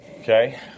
Okay